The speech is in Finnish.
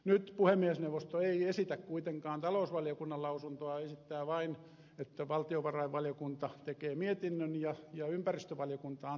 nyt puhemiesneuvosto ei esitä kuitenkaan talousvaliokunnan lausuntoa esittää vain että valtiovarainvaliokunta tekee mietinnön ja ympäristövaliokunta antaa lausunnon